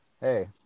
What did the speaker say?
hey